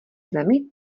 zemi